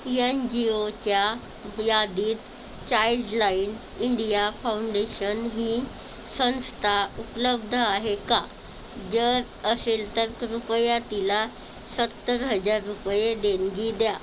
N G ओच्या यादीत Childline India foundation ही संस्था उपलब्ध आहे का जर असेल तर कृपया तिला सत्तर हजार रुपये देनगी द्या